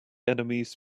enemies